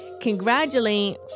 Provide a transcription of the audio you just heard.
congratulate